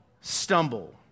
stumble